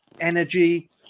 energy